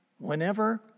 Whenever